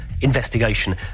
investigation